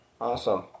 Awesome